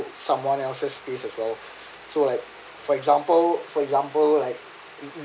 someone else's space as well so like for example for example like